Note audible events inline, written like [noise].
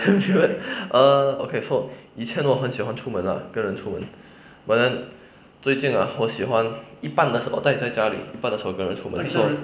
[laughs] ambivert ah okay so 以前我很喜欢出门 ah 跟人出门 but then 最近 ah 我喜欢一半的躲在家里一半的跟人出门